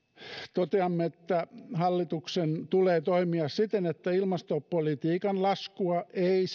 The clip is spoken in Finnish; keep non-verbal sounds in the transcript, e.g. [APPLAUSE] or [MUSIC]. toteamme että hallituksen tulee toimia siten että ilmastopolitiikan laskua ei [UNINTELLIGIBLE]